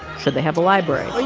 should they have a library? well, you